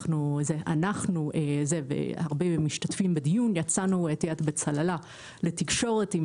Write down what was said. אנחנו והרבה משתתפים בדיון יצאנו בצהלה לתקשורת עם